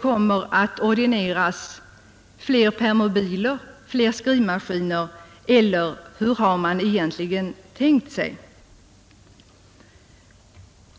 kommer att ordineras fler permobiler och fler skrivmaskiner, eller vad har man egentligen tänkt sig?